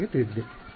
χn ನಮಗೆ ತಿಳಿದಿದೆ